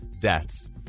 deaths